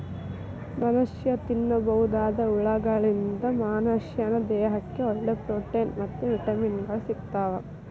ಮನಷ್ಯಾ ತಿನ್ನಬೋದಾದ ಹುಳಗಳಿಂದ ಮನಶ್ಯಾನ ದೇಹಕ್ಕ ಒಳ್ಳೆ ಪ್ರೊಟೇನ್ ಮತ್ತ್ ವಿಟಮಿನ್ ಗಳು ಸಿಗ್ತಾವ